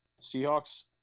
Seahawks